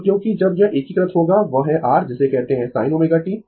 तो क्योंकि जब यह एकीकृत होगा वह है r जिसे कहते है sin ω t